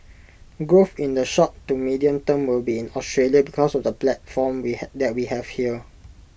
growth in the short to medium term will be in Australia because of the platform we have that we have here